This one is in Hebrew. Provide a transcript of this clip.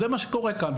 זה מה שקורה כאן,